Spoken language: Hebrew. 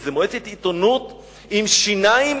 איזה מועצת עיתונות עם שיניים,